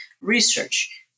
research